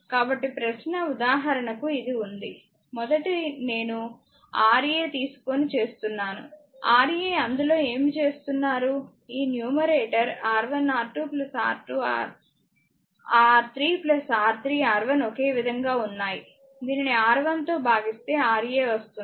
కాబట్టి ప్రశ్న ఉదాహరణకు ఇది ఉంది మొదటి నేను R a తీసుకొని చేస్తున్నాను Ra అందులో ఏమి చేస్తున్నారు ఈ న్యూమరేటర్ R1R2 R2R3 R3R1 ఒకే విధంగా ఉన్నాయి దీనిని R1 తో భాగిస్తే Ra వస్తుంది